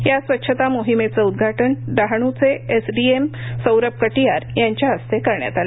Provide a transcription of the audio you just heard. या स्वच्छता मोहेमेचं उदघाटन डहाणू चे एसडीएम सौरभ कटियार यांच्या हस्ते करण्यात आलं